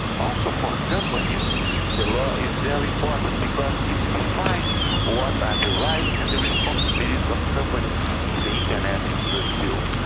also for companies the law is very but important because it defines what are the rights and the responsibilities of companies in the internet in brazil.